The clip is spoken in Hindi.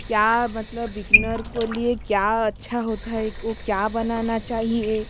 क्या मतलब बिगनर के लिए क्या अच्छा होता है ओ क्या बनना चाहिए